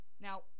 Now